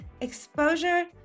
exposure